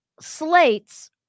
slates